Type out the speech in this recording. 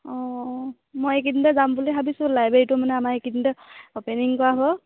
অঁ মই এইকেইদিনতে যাম বুলি ভাবিছোঁ লাইব্ৰেৰীটো মানে আমাৰ এইকেইদিনতে অ'পেনিং কৰা হ'ব